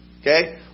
okay